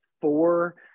four